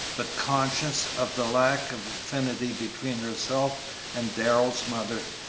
but conscious of the lack of affinity between herself and darrell's mother,